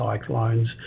cyclones